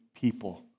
people